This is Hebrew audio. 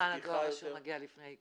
--- כמה זמן הודעה מגיעה לפני עיקול?